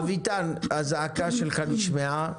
אביטן, הזעקה שלך נשמעה.